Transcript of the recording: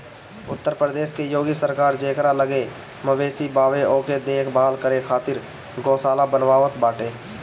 उत्तर प्रदेश के योगी सरकार जेकरा लगे मवेशी बावे ओके देख भाल करे खातिर गौशाला बनवावत बाटे